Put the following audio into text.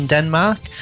Denmark